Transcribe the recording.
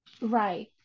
Right